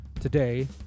Today